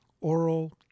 oral